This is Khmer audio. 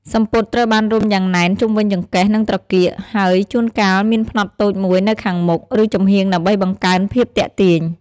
សំពត់ត្រូវបានរុំយ៉ាងណែនជុំវិញចង្កេះ និងត្រគាក ហើយជួនកាលមានផ្នត់តូចមួយនៅខាងមុខ ឬចំហៀងដើម្បីបង្កើនភាពទាក់ទាញ។